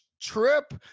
trip